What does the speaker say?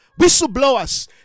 Whistleblowers